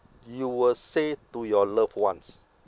you will say to your loved ones